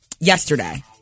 yesterday